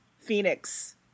Phoenix